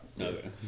Okay